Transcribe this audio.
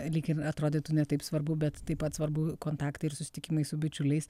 lyg ir atrodytų ne taip svarbu bet taip pat svarbu kontaktai ir susitikimai su bičiuliais